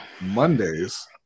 Mondays